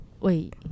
Wait